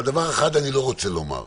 אבל דבר אחד אני לא רוצה לומר: